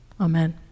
Amen